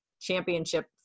championship